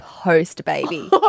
Post-baby